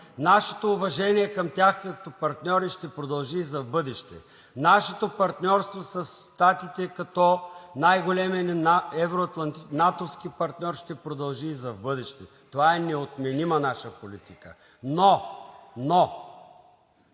нашето уважение към тях, като партньори, ще продължи и за в бъдеще нашето партньорство с Щатите, като най-големият ни натовски партньор – ще продължи, и за в бъдеще – това е неотменима наша политика. Но защо